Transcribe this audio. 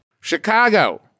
Chicago